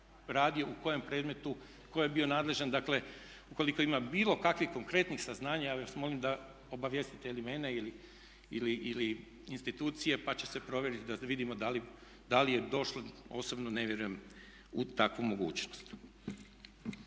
radi u kojem predmetu, tko je bio nadležan. Dakle ukoliko ima bilo kakvih konkretnih saznanja ja vas molim da obavijestite ili mene ili institucije pa će se provjeriti da vidimo da li je došlo, osobno ne vjerujem u takvu mogućnost.